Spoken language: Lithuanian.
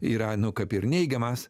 yra nu kaip ir neigiamas